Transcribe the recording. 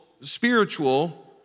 spiritual